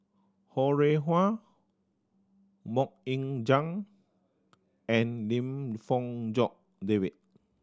Ho Rih Hwa Mok Ying Jang and Lim Fong Jock David